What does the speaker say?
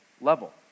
level